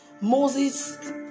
Moses